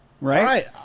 right